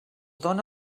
dóna